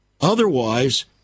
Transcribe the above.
Otherwise